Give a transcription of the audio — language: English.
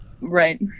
right